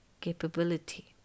capability